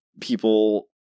people